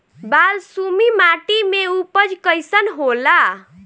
बालसुमी माटी मे उपज कईसन होला?